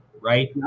right